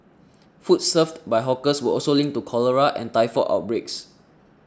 food served by hawkers were also linked to cholera and typhoid outbreaks